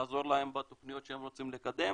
לעזור להם בתוכניות שהם רוצים לקדם,